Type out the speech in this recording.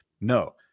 No